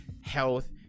health